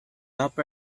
upper